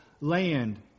land